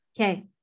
Okay